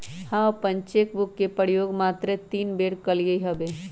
हम अप्पन cheque book के प्रयोग मातरे तीने बेर कलियइ हबे